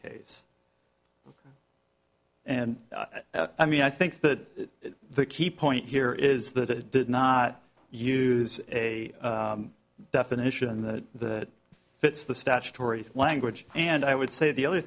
case and i mean i think that the key point here is that it did not use a definition that fits the statutory language and i would say the other